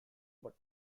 but